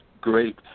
great